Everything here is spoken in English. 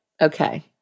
Okay